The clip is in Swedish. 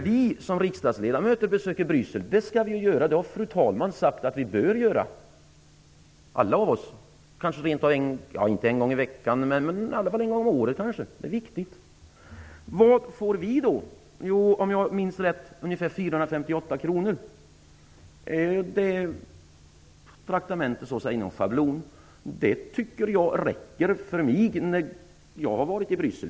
Vi riksdagsledamöter bör besöka Bryssel; det har fru talman sagt. Kanske inte en gång i veckan men i alla fall en gång om året. Det är viktigt. Men vad får vi som riksdagsledamöter när vi besöker Bryssel? Om jag minns rätt är schablonen för traktamentet 458 kronor. Det räcker för mig när jag är i Bryssel.